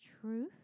truth